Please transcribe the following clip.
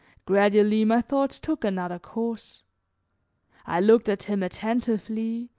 gradually, my thoughts took another course i looked at him attentively,